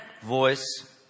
voice